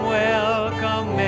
welcome